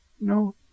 No